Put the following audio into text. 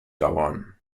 dauern